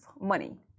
money